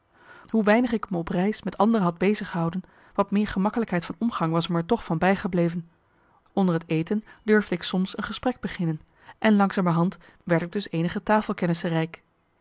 hoe weinig ik me op reis met anderen had beziggehouden wat meer gemakkelijkheid van omgang was er me toch van bijgebleven onder het eten durfde marcellus emants een nagelaten bekentenis ik soms een gesprek beginnen en langzamerhand werd ik dus eenige tafelkennissen rijk